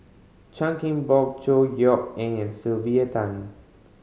Chan King Bock Chor Yeok Eng and Sylvia Tan